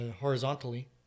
horizontally